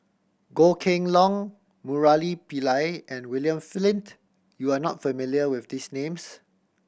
Goh Kheng Long Murali Pillai and William Flint you are not familiar with these names